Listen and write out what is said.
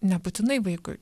nebūtinai vaikui